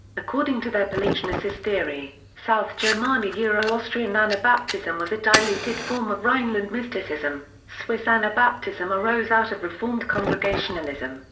according to their polygenesis theory, south german-austrian anabaptism was a diluted form of rhineland mysticism, swiss anabaptism arose out of reformed congregationalism,